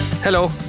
Hello